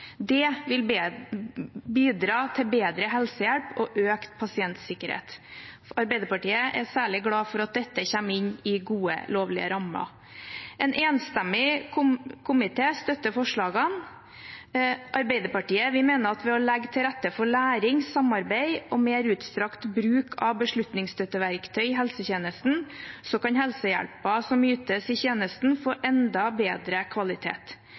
Det vil bidra til bedre helsehjelp og økt pasientsikkerhet. Arbeiderpartiet er særlig glad for at dette kommer inn i gode, lovlige rammer. En enstemmig komité støtter forslagene. Arbeiderpartiet mener at ved å legge til rette for læring, samarbeid og mer utstrakt bruk av beslutningsstøtteverktøy i helsetjenesten kan helsehjelpen som ytes i tjenesten, få enda bedre kvalitet.